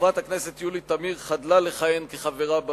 חברת הכנסת יולי תמיר חדלה לכהן כחברה בוועדה.